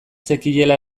zekiela